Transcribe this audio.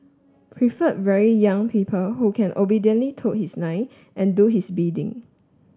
prefer very young people who can obediently toe his line and do his bidding